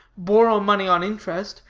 borrow money on interest,